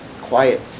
Quiet